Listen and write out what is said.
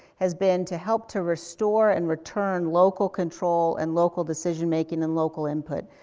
has been to help to restore and return local control and local decision making and local input.